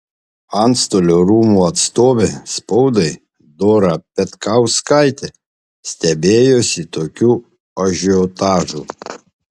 antstolių rūmų atstovė spaudai dora petkauskaitė stebėjosi tokiu ažiotažu